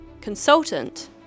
consultant